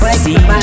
see